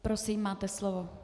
Prosím, máte slovo.